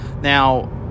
Now